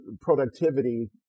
productivity